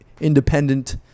independent